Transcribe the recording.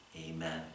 Amen